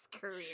career